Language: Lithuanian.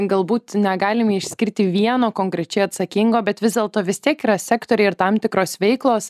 galbūt negalime išskirti vieno konkrečiai atsakingo bet vis dėlto vis tiek yra sektoriai ir tam tikros veiklos